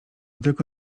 tylko